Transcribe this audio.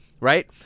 Right